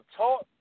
talk